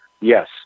Yes